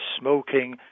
smoking